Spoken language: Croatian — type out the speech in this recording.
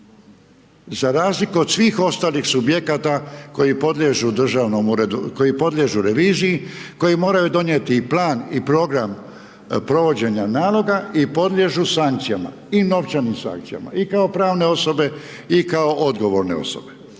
Za razliku od svih ostalih subjekata koji podliježu reviziji, koji moraju donijeti i plan i program provođenja naloga i podliježu sankcijama i novčanim sankcijama. I kao pravne osobe i kao odgovorne osobe.